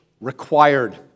required